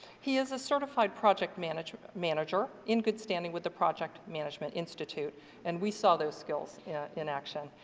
he is a certified project manager manager in good standing with the project management institute and we saw their skills yeah in action.